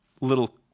little